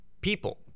people